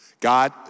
God